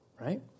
right